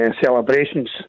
celebrations